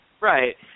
Right